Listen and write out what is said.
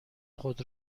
خود